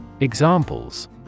Examples